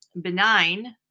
benign